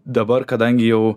dabar kadangi jau